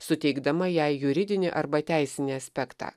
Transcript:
suteikdama jai juridinį arba teisinį aspektą